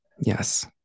Yes